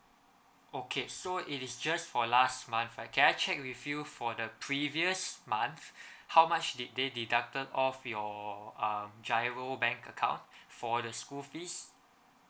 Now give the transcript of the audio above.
okay so it is just for last month right can I check with you for the previous month how much did they deducted off your um G_I_R_O bank account for the school fees